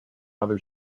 other